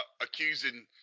accusing